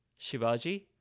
Shivaji